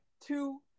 two